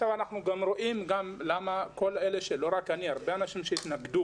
לא רק אני התנגדתי, היו הרבה אנשים שהתנגדו